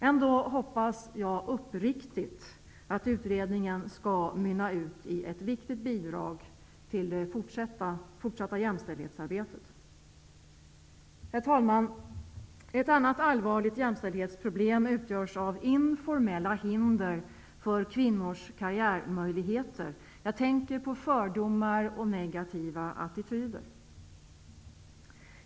Ändå hoppas jag uppriktigt att utredningen skall mynna ut i ett viktigt bidrag till det fortsatta jämställdhetsarbetet. Herr talman! Ett annat allvarligt jämställdhetsproblem utgörs av informella hinder för kvinnors karriärmöjligheter. Jag tänker på fördomar och negativa attityder.